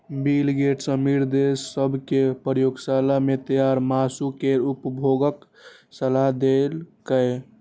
bill Gates अमीर देश सभ कें प्रयोगशाला मे तैयार मासु केर उपभोगक सलाह देलकैए